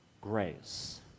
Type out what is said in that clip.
grace